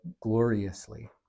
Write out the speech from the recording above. gloriously